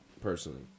personally